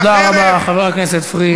תודה רבה, חבר הכנסת פריג'.